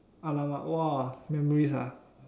!alamak! !wah! memories ah